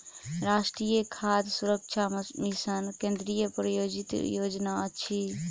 राष्ट्रीय खाद्य सुरक्षा मिशन केंद्रीय प्रायोजित योजना अछि